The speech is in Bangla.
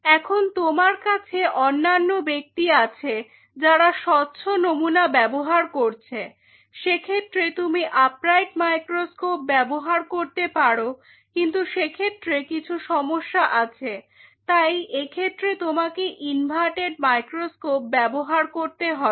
এবং তোমার কাছে অন্যান্য ব্যক্তি আছে যারা স্বচ্ছ নমুনা ব্যবহার করছে সেক্ষেত্রে তুমি আপরাইট মাইক্রোস্কোপ ব্যবহার করতে পারো কিন্তু সে ক্ষেত্রে কিছু সমস্যা আছে তাই এক্ষেত্রে তোমাকে ইনভার্টেড মাইক্রোস্কোপ ব্যবহার করতে হবে